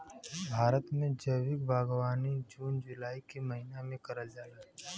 भारत में जैविक बागवानी जून जुलाई के महिना में करल जाला